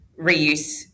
reuse